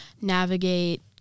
navigate